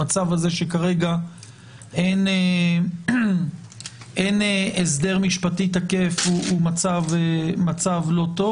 המצב הזה שכרגע אין הסדר משפטי תקף הוא מצב לא טוב.